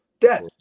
Death